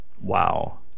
Wow